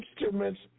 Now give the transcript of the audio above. instruments